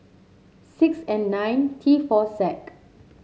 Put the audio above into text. six N nine T four Z